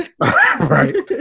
right